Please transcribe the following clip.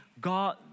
God